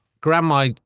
grandma